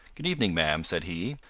good evening, ma'am, said he.